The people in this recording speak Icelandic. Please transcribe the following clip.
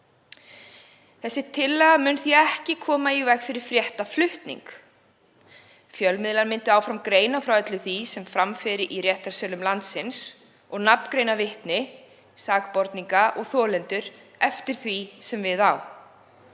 Þessi tillaga mun því ekki koma í veg fyrir fréttaflutning. Fjölmiðlar myndu áfram greina frá öllu því sem fram fer í réttarsölum landsins og nafngreina vitni, sakborninga og þolendur eftir því sem við á.